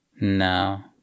No